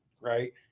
right